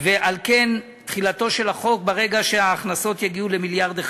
ועל כן תחילתו של החוק ברגע שההכנסות יגיעו למיליארד.